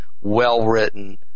well-written